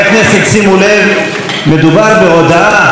מדובר בהודעה של ראש הממשלה על פעילות